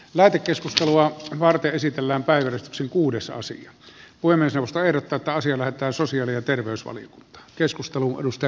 lähetekeskustelua varten esitellään päivystyksen kuudessa asia voi myös eusta erota taas ymmärtää sosiaali ja herra puhemies